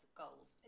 goals